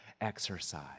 exercise